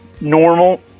Normal